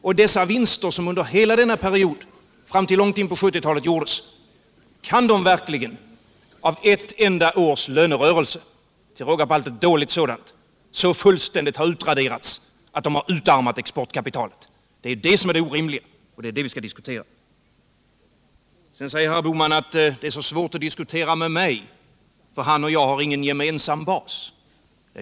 Kan verkligen de vinster som gjorts under hela denna period fram till 1970-talet, i ett enda års lönerörelse — till råga på allt en dålig sådan — så fullständigt ha utraderats att de utarmat exportkapitalet? Det är det som framstår som orimligt och som vi skall diskutera. Herr Bohman säger att det är så svårt att diskutera med mig eftersom han och jag inte har någon gemensam bas.